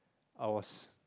I was